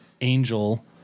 Angel